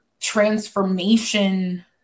transformation